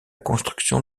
construction